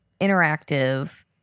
interactive